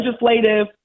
legislative